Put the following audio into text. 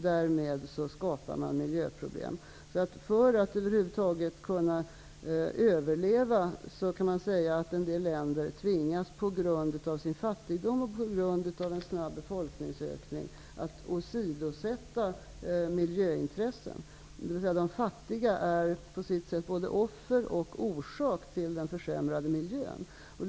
Därmed skapar man miljöproblem. För att över huvud taget kunna överleva tvingas en del länder, på grund av sin fattigdom och en snabb befolkningsökning, åsidosätta miljöintressen. De fattiga är på sitt sätt både offer för och orsak till den försämrade miljön.